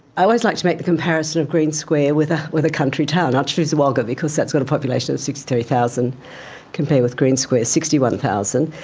i always like to make the comparison of green square with ah with a country town, i ah choose wagga because that's got a population of sixty three thousand compared with green square, sixty one thousand,